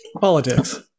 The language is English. Politics